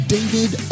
David